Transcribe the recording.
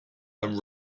and